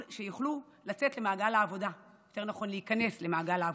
שיוכלו להיכנס למעגל העבודה.